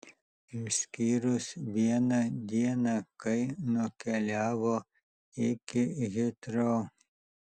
išskyrus vieną dieną kai nukeliavo iki hitrou